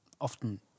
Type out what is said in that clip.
often